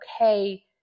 okay